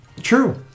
True